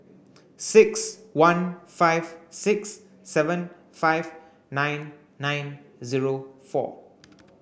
six one five six seven five nine nine zero four